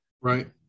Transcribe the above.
Right